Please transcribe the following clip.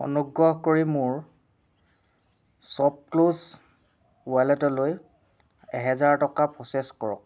অনুগ্ৰহ কৰি মোৰ শ্ব'পক্লুজ ৱালেটলৈ এহেজাৰ টকা প্ৰ'চেছ কৰক